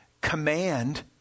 command